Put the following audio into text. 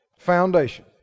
foundation